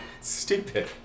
stupid